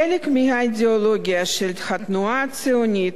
חלק מהאידיאולוגיה של התנועה הציונית,